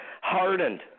hardened